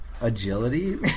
Agility